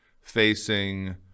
facing